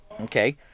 Okay